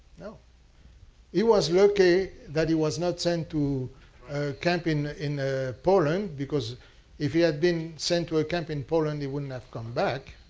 you know he was lucky that he was not sent to a camp in in ah poland because if he had been sent to a camp in poland, he wouldn't have come back.